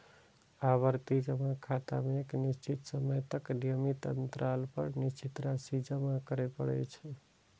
आवर्ती जमा खाता मे एक निश्चित समय तक नियमित अंतराल पर निश्चित राशि जमा करय पड़ै छै